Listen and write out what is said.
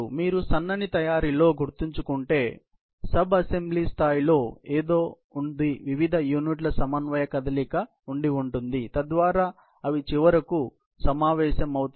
మీరు సన్నని తయారీలో గుర్తుంచుకుంటే ఉప అసెంబ్లీ స్థాయిలో ఏదో ఉంది వివిధ యూనిట్ల సమన్వయ కదలిక ఉంటుంది తద్వారా అవి చివరకు సమావేశమవుతాయి